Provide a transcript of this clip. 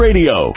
Radio